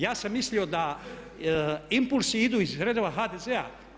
Ja sam mislio da impulsi idu iz redova HDZ-a.